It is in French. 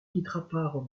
quittera